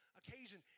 occasion